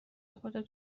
خورده